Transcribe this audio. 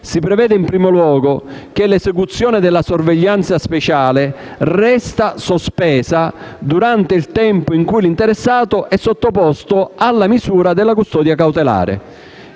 Si prevede in primo luogo che l'esecuzione della sorveglianza speciale resti sospesa durante il tempo in cui l'interessato è sottoposto alla misura della custodia cautelare.